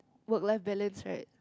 work life balance right